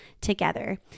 together